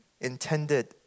intended